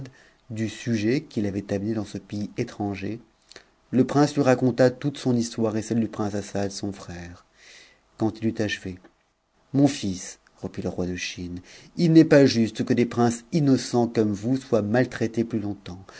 du sujet qui l'avait amené dans ce pays étranger le prince lui raconta toute son histoire et celle du prince assad son frère quand il eut achève mon fils reprit le roi de la chine il n'est pas juste que des princes inno cents comme vous soient maltraités plus longtemps